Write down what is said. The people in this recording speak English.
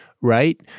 right